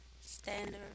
Standard